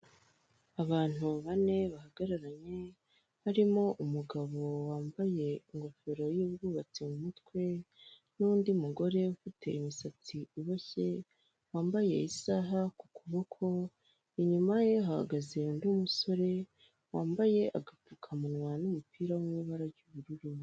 Abantu bane bahagararanye harimo umugabo wambaye ingofero y'ubwubatsi mu mutwe n'undi mugore ufite imisatsi iboshye wambaye isaha ku kuboko, inyuma ye ahagaze undi musore wambaye agapfukamunwa n'umupira uri mu ibara ry'ubururu.